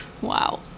wow